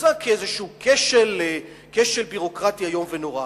מוצג כאיזה כשל ביורוקרטי איום ונורא.